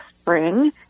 spring